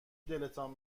دلتان